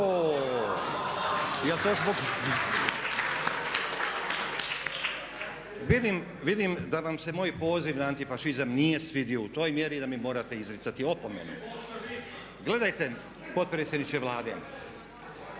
Vidim da vam se moj poziv na antifašizam nije svidio u toj mjeri da mi morate izricati opomenu. Gledajte potpredsjedniče vlade,